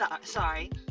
sorry